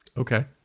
Okay